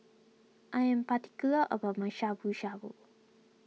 I am particular about my Shabu Shabu